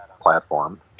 platform